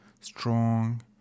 strong